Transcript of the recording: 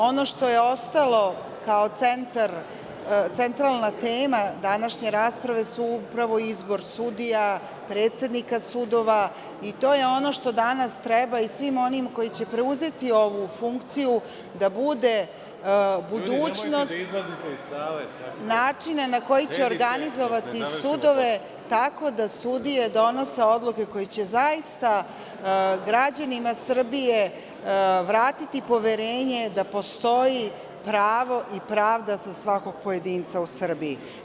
Ono što je ostalo kao centralna tema današnje rasprave su upravo izbor sudija, predsednika sudova i to je ono što danas treba i svima onima koji će preuzeti ovu funkciju da bude budućnost, načine na koji će organizovati sudove, tako da sudije donose odluke koje će zaista građanima Srbije vratiti poverenje da postoji pravo i pravda za svakog pojedinca u Srbiji.